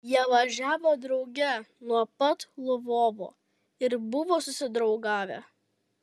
jie važiavo drauge nuo pat lvovo ir buvo susidraugavę